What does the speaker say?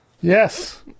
Yes